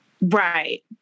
Right